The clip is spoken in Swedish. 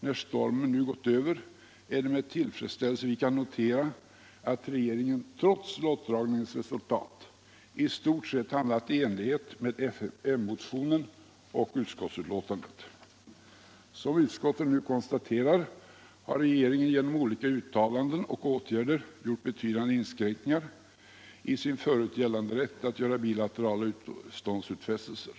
När stormen nu gått över är det med tillfredsställelse vi kan notera att regeringen trots lottdragningens resultat i stort sett handlat i enlighet med m-motionen och utskottsbetänkandet. Som utskottet nu konstaterar har regeringen genom olika uttalanden och åtgärder företagit betydande inskränkningar i sin förut gällande rätt att göra bilaterala biståndsutfästelser.